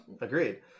agreed